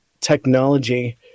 technology